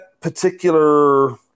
particular